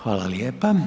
Hvala lijepo.